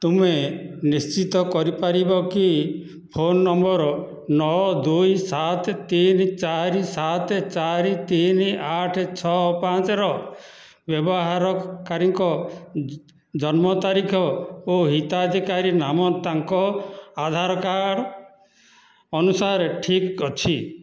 ତୁମେ ନିଶ୍ଚିତ କରିପାରିବ କି ଫୋନ ନମ୍ବର ନଅ ଦୁଇ ସାତ ତିନି ଚାରି ସାତ ଚାରି ତିନି ଆଠ ଛଅ ପାଞ୍ଚର ବ୍ୟବହାରକାରୀଙ୍କ ଜନ୍ମ ତାରିଖ ଓ ହିତାଧିକାରୀ ନାମ ତାଙ୍କ ଆଧାର କାର୍ଡ଼୍ ଅନୁସାରେ ଠିକ୍ ଅଛି